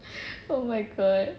oh my god